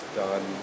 done